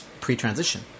pre-transition